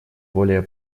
более